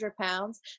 pounds